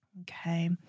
Okay